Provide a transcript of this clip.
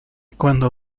cuando